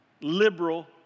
Liberal